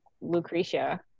Lucretia